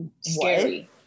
Scary